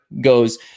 goes